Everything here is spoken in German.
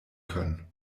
können